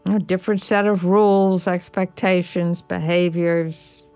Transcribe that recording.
a different set of rules, expectations, behaviors,